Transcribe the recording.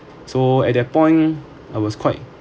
so at that point I was quite